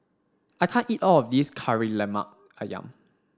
I can't eat all of this Kari Lemak Ayam